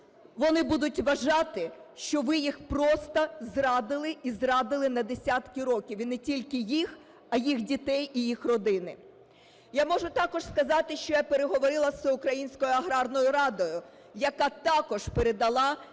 вони будуть вважати, що ви їх просто зрадили і зрадили на десятки років, і не тільки їх, а їх дітей і їх родини. Я можу також сказати, що я переговорила з Всеукраїнською аграрною радою, яка також передала,